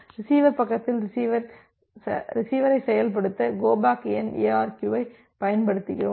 receiver பக்கத்தில் ரிசீவரை செயல்படுத்த கோ பேக் என் எஆர்கியு ஐ பயன்படுத்துகிறோம்